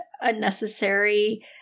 unnecessary